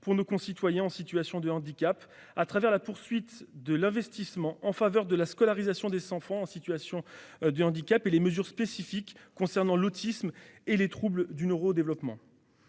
pour nos concitoyens en situation de handicap, par la poursuite de l'investissement en faveur de la scolarisation des enfants en situation de handicap et les mesures spécifiques concernant l'autisme et les troubles du neurodéveloppement.